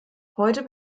heute